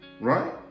right